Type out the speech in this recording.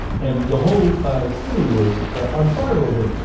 and the whole ah city was on fire over it.